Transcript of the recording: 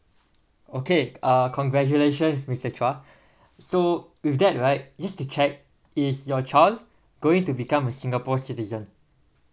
okay uh congratulations mister chua so with that right just to check is your child going to become a singapore citizen